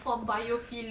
ah ah